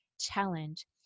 Challenge